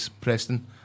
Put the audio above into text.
Preston